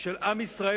של עם ישראל.